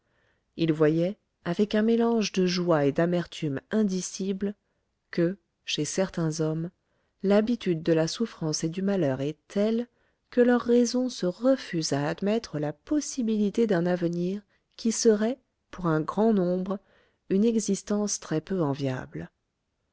il voyait avec un mélange de joie et d'amertume indicibles que chez certains hommes l'habitude de la souffrance et du malheur est telle que leur raison se refuse à admettre la possibilité d'un avenir qui serait pour un grand nombre une existence très-peu enviable